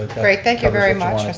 great, thank you very much.